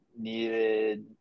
needed